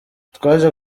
twaje